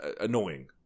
annoying